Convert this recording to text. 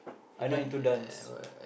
I not into dance